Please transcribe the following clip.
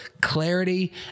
clarity